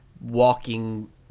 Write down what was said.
walking